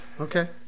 Okay